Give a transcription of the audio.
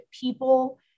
people